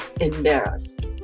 embarrassed